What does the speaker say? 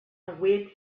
await